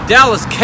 Dallas